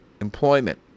employment